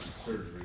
Surgery